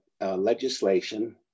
legislation